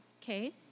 case